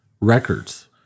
records